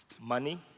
Money